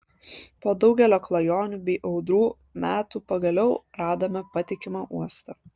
po daugelio klajonių bei audrų metų pagaliau radome patikimą uostą